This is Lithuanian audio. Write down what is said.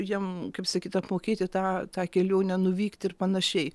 jiem kaip sakyta apmokėti tą tą kelionę nuvykti ir panašiai